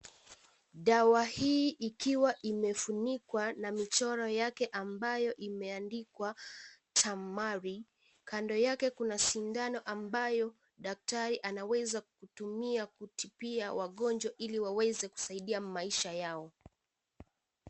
Dawa hii ikiwa imefunikwa na michoro yake ambayo imeandikwa Tamari. Kando yake kuna sindano ambayo daktari anaweza kutumia kutibia wagonjwa ili waweze kusaidia maisha yao.